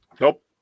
Nope